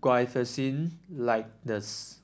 Guaiphenesin Linctus